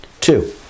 Two